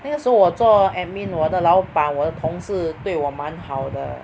那个时候我做 admin 我的老板我的同事对我蛮好的